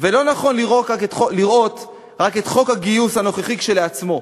ולא נכון לראות רק את חוק הגיוס הנוכחי כשלעצמו.